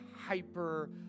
hyper